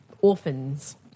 orphans